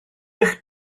eich